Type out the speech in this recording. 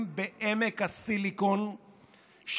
במקום לברך,